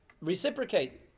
reciprocate